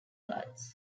cards